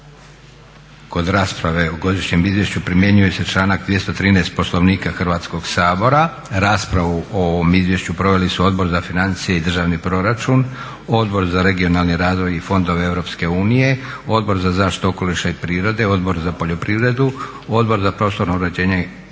Kod rasprave o godišnjeg izvještaja primjenjuje se članak 213. Poslovnika Hrvatskog sabora. Raspravu o ovom izvješću proveli su Odbor za financije i državni proračun, Odbor za regionalni razvoj i fondove EU, Odbor za zaštitu okoliša i prirode, Odbor za poljoprivredu, Odbor za prostorno uređenje i